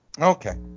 Okay